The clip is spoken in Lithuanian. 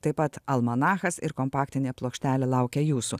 taip pat almanachas ir kompaktinė plokštelė laukia jūsų